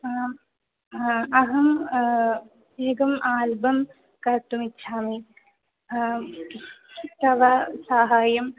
आम् अहम् एकम् आल्बं कर्तुम् इच्छामि तव सहाय्यम्